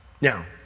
Now